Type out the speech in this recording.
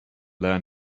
learn